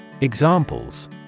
Examples